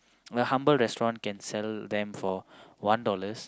a humble restaurant can sell them for one dollars